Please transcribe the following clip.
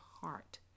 heart